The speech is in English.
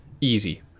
Easy